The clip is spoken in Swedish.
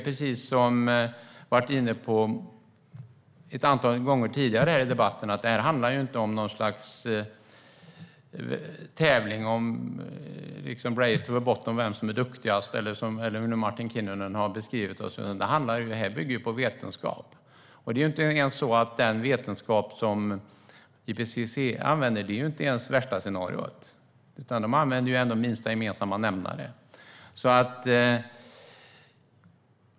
Precis som vi har varit inne på ett antal gånger tidigare i debatten handlar det inte om något slags tävling om vem som står på botten och vem som är duktigast eller hur Martin Kinnunen nu har beskrivit det. Det här bygger på vetenskap. Det är inte ens så att den vetenskap som IPCC använder är det värsta scenariot, utan de använder minsta gemensamma nämnare.